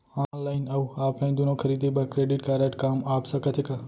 Online अऊ offline दूनो खरीदी बर क्रेडिट कारड काम आप सकत हे का?